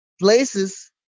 places